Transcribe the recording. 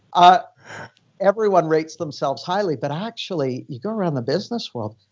ah but everyone rates themselves highly. but actually, you're going around the business world,